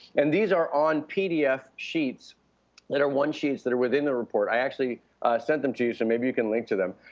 and these are on pdf sheets that are onesheets that are within the report. i actually sent them to you, so maybe you can link to them.